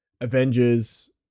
Avengers